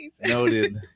noted